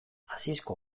asisko